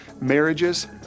marriages